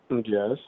Yes